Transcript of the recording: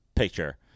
picture